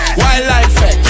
wildlife